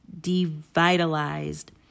devitalized